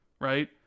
right